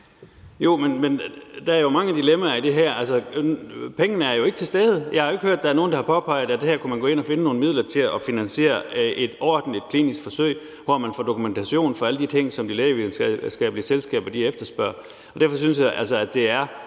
der er jo mange dilemmaer i det her. Altså, pengene er jo ikke til stede. Jeg har ikke hørt, at der er nogen, der har påpeget, at her kunne man gå ind og finde nogle midler til at finansiere et ordentligt klinisk forsøg, hvor man får dokumentation for alle de ting, som de lægevidenskabelige selskaber efterspørger. Derfor synes jeg, det er